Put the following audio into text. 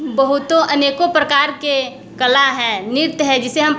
बहुतों अनेकों प्रकार के कला है नृत्य है जिसे हम